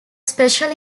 special